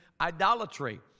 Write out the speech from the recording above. idolatry